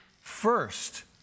first